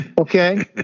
okay